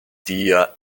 tia